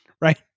Right